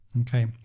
Okay